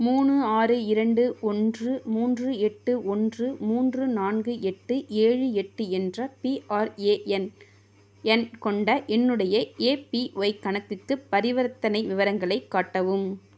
மூணு ஆறு இரண்டு ஒன்று மூன்று எட்டு ஒன்று மூன்று நான்கு எட்டு ஏழு எட்டு என்ற பிஆர்ஏஎன் எண் கொண்ட என்னுடைய எபிஒய் கணக்குக்கு பரிவர்த்தனை விவரங்களைக் காட்டவும்